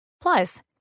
Plus